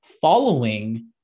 following